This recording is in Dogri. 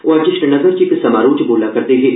ओह् अज्ज श्रीनगर च इक समारोह् च बोलै करदे हे